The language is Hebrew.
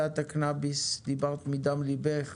דיברת מדם ליבך.